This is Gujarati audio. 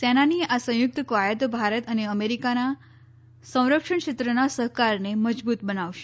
સેનાની આ સંયુક્ત ક્વાયત ભારત અને અમેરીકાના સંરક્ષણ ક્ષેત્રના સહકારને મજબૂત બનાવશે